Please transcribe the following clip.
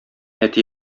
әти